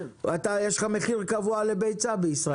יש לך מחיר קבוע לביצה בישראל.